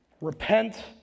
Repent